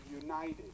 united